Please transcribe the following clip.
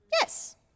Yes